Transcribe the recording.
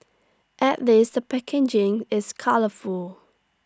at least the packaging is colourful